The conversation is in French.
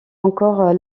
encore